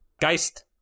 Geist